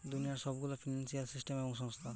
দুনিয়ার সব গুলা ফিন্সিয়াল সিস্টেম এবং সংস্থা